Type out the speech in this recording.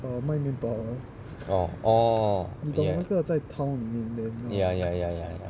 oh oh ya ya ya ya ya